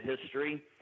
history